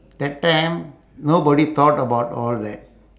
that time nobody thought about all that